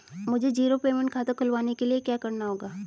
मुझे zero payment खाता खुलवाने के लिए क्या करना होगा?